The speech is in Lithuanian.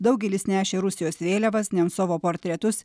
daugelis nešė rusijos vėliavas nemcovo portretus